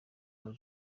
ama